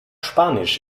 spanisch